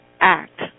act